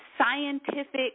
scientific